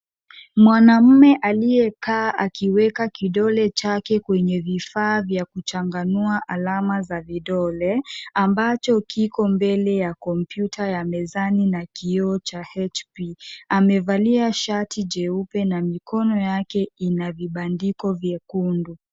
Mwanaume aliyekaa akiweka kidole chake kwenye vifaa vya kuchanganua alama za vidole ambacho kiko mbele ya kompyuta ya mezani na kioo cha HP. Amevalia shati jeupe na mikono yake ina vibandiko vyekundu.